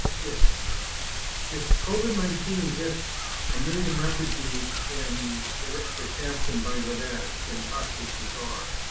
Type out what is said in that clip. if if covid nineteen hits a million refugees in the the camps in bangladesh, in cox's bazar,